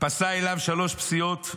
פסע עליו שלוש פסיעות,